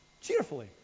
Cheerfully